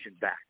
back